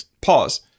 pause